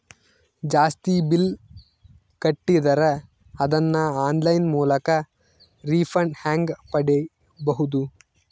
ಜಾಸ್ತಿ ಬಿಲ್ ಕಟ್ಟಿದರ ಅದನ್ನ ಆನ್ಲೈನ್ ಮೂಲಕ ರಿಫಂಡ ಹೆಂಗ್ ಪಡಿಬಹುದು?